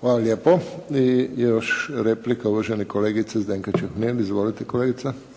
Hvala lijepo. I još replika uvažene kolegice Zdenke Čuhnil. Izvolite kolegice. **Čuhnil, Zdenka